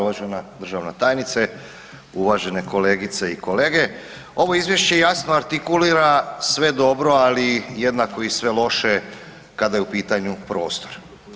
Uvažena državna tajnice, uvažene kolegice i kolege, ovo izvješće jasno artikulira sve dobro ali jednako i sve loše kada je u pitanju prostor.